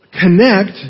connect